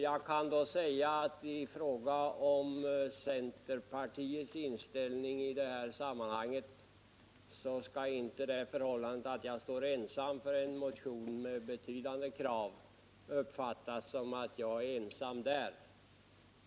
Jag vill säga att i fråga om centerpartiets inställning i detta sammanhang skall inte det förhållandet, att jag står ensam på en motion med betydande krav, uppfattas så att jag är ensam i frågan.